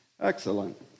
Excellent